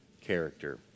character